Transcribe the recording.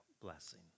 blessing